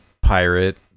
pirate